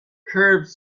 curved